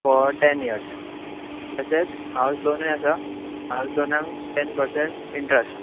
for ten years तशेंच house लोनूय आसा हाउज लोनांक टॅन पर्सेट इंट्रस्ट